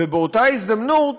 ובאותה הזדמנות